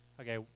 Okay